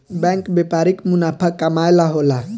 bank व्यापारिक मुनाफा कमाए ला होला